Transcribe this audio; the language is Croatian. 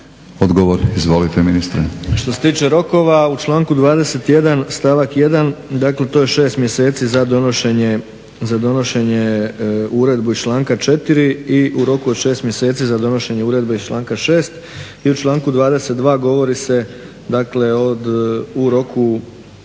Odgovor, izvolite ministre.